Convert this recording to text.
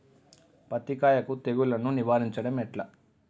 పత్తి కాయకు తెగుళ్లను నివారించడం ఎట్లా?